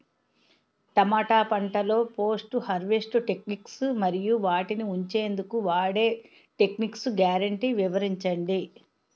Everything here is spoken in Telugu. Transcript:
టమాటా పంటలో పోస్ట్ హార్వెస్ట్ టెక్నిక్స్ మరియు వాటిని ఉంచెందుకు వాడే టెక్నిక్స్ గ్యారంటీ వివరించండి?